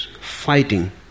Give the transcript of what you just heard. fighting